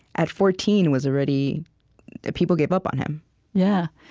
at fourteen was already people gave up on him yeah,